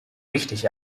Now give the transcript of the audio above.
wichtig